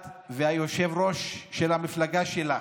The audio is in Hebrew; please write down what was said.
את והיושב-ראש של המפלגה שלך,